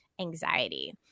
anxiety